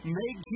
make